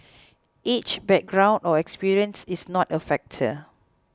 age background or experience is not a factor